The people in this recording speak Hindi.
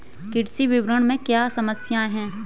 कृषि विपणन में क्या समस्याएँ हैं?